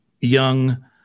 young